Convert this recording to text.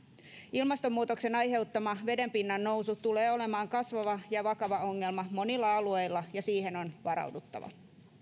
ilmastonmuutoksen aiheuttama vedenpinnan nousu tulee olemaan kasvava ja vakava ongelma monilla alueilla ja siihen on varauduttava